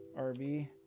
Rv